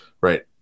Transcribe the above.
right